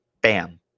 bam